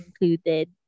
included